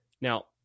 Now